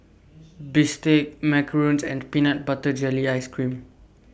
Bistake Macarons and Peanut Butter Jelly Ice Cream